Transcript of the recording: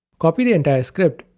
copy the entire script,